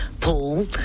Paul